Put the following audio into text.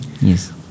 yes